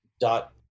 dot